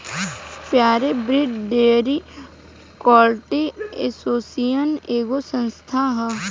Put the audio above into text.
pure breed dairy cattle association एगो संस्था ह